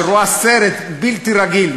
שרואה סרט בלתי רגיל,